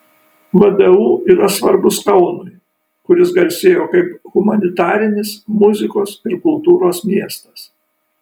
vdu yra svarbus kaunui kuris garsėjo kaip humanitarinis muzikos ir kultūros miestas